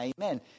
Amen